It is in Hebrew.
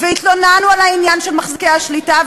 והתלוננו על העניין של מחזיקי השליטה,